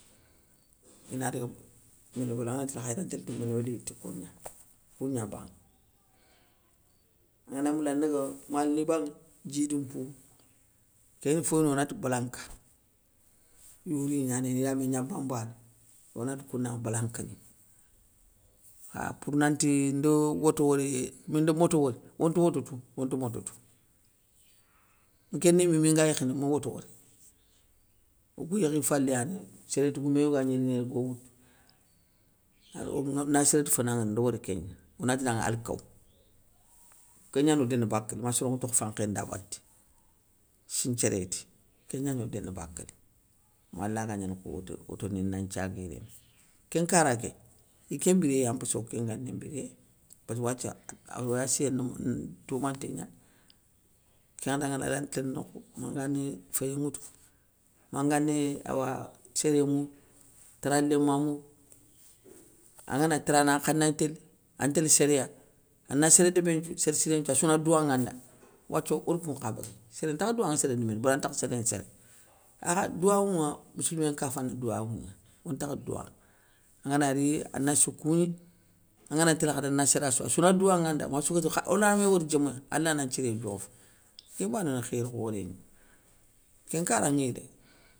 Ina daga méneweuli angana gni télé ti khayré an tél timéneuwéli ti kougna, koungnabaŋe, ananda mouleu dégueu mali ni banŋé, djidou mpourou, kén ndima foyno onati blanque, yourini gnanéy ina gniramé gna bambana, onati koundanŋa blanqueni, kha pour nanti, ndo woto wori mi nda moto wori, onta woto tou, onta moto tou. Nké nime minga yékhini ma woto wori, okou yékhi faléyani sérétti goumé yogo yagni rini yéré go woutou, ado na séréti fana nŋwori, nda wori kégna, onati danŋa alkaw, kégna no déni bakél ma soro nga tokhe fankhéné da baté, sinthiérétti, kégna gno déni bakéli ma allah ga gnana kou woto, wotoni na nthiagué rini. Kén nkara ké, iké mbiréyé ya mposso okén ngani mbiréyé, béri wathia aa awoyassiyé ntoumanté gnani kéyandé ngana ri alanta télé nokhou mangani féyé nŋwouti, mangani awa séré mourou, tara léma mourou, angana tarana ankha nda gni télé, an tél séréya, ana séré débé nthiou sér siré nthiou, assouna douwanŋa nda, wathieu or kounkha béguéy, séré ntakha douwanŋa séré yimé dou béri antakha séréné séré, akha douwawouŋa missilmé nkaffa ni douwawou gna, ontakha douwanŋa, angana ri ana sou kougni, anganagni télé khadi ana séra sou assouna douwanŋa nda massou gati kha ona mé wori diomouya, alla na nthiré dioffa, kén mbané naa khéri khorégna kén nkara ŋéy dé.